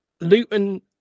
Luton